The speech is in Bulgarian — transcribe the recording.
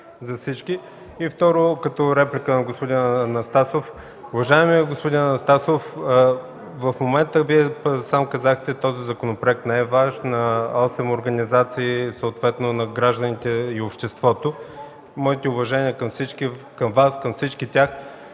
за всички... Второ, като реплика на господин Анастасов – уважаеми господин Анастасов, в момента Вие сам казахте, че този законопроект не е Ваш, а на осем организации, съответно на гражданите и обществото. Моите уважения към всички тях, към Вас!